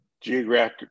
geographic